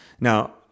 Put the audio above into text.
Now